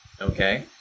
Okay